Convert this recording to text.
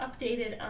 updated